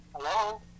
Hello